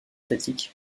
statique